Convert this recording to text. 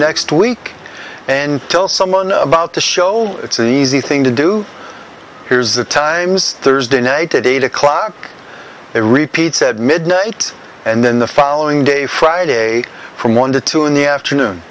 next week and tell someone about the show it's an easy thing to do here's the times thursday night at eight o'clock repeat said midnight and then the following day friday from one to two in the afternoon